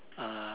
uh